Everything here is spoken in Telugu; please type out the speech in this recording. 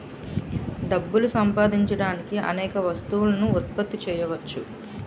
డబ్బులు సంపాదించడానికి అనేక వస్తువులను ఉత్పత్తి చేయవచ్చు